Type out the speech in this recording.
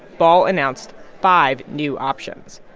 ball announced five new options.